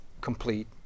complete